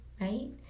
right